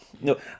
No